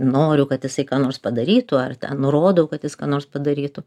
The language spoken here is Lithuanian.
noriu kad jisai ką nors padarytų ar tą nurodau kad jis ką nors padarytų